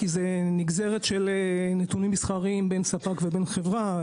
כי זו נגזרת של נתונים מסחריים בין ספק לבין חברה.